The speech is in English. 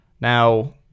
Now